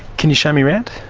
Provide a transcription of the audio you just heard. can you show me around?